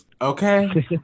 okay